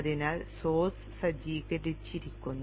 അതിനാൽ സോഴ്സ് സജ്ജീകരിച്ചിരിക്കുന്നു